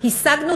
השגנו